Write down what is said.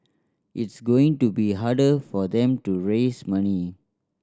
it's going to be harder for them to raise money